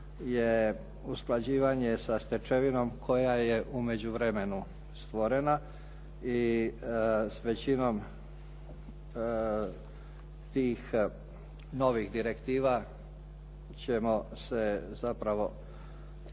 usklađivanje sa stečevinom koja je u međuvremenu stvorena i s većinom tih novih direktiva ćemo se zapravo baviti